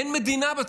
אין מדינה בצפון,